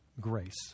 grace